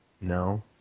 No